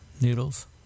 noodles